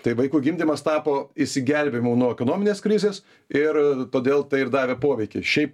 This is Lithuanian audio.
tai vaikų gimdymas tapo išsigelbėjimu nuo ekonominės krizės ir todėl tai ir davė poveikį šiaip